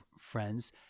friends